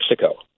Mexico